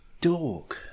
dog